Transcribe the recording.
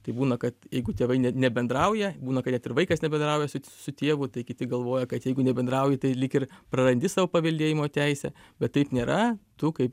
tai būna kad jeigu tėvai ne nebendrauja būna kad net ir vaikas nebendrauja su su tėvu tai kiti galvoja kad jeigu nebendrauji tai lyg ir prarandi savo paveldėjimo teisę bet taip nėra tu kaip